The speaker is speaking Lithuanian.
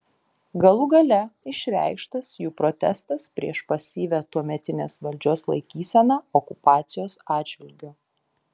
galų gale išreikštas jų protestas prieš pasyvią tuometinės valdžios laikyseną okupacijos atžvilgiu